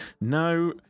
no